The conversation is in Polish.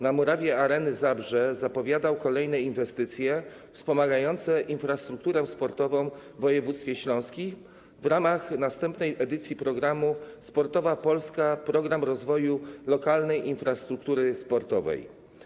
Na murawie Areny Zabrze zapowiadał kolejne inwestycje wspomagające infrastrukturę sportową w województwie śląskim w ramach następnej edycji programu „Sportowa Polska - Program rozwoju lokalnej infrastruktury sportowej”